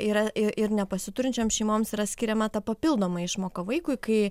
yra ir ir nepasiturinčioms šeimoms yra skiriama ta papildoma išmoka vaikui kai